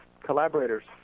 collaborator's